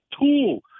tool